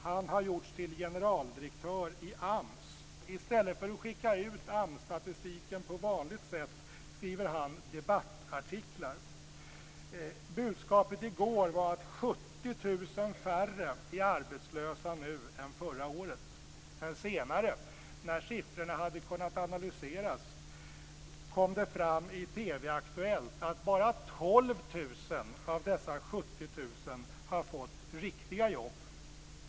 Han har gjorts till generaldirektör i AMS. I stället för att skicka ut AMS statistiken på vanligt sätt skriver han debattartiklar. Budskapet i går var att 70 000 färre är arbetslösa nu än förra året. Men senare när siffrorna hade kunnat analyseras kom det fram i Aktuellt i TV att bara 12 000 av dessa 70 000 har fått riktiga jobb.